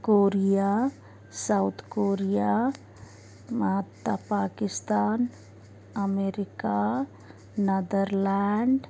Korea South Korea ಮತ್ತ Pakistan America Netherland